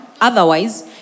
Otherwise